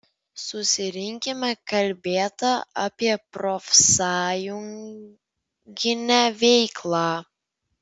susirinkime kalbėta apie profsąjunginę veiklą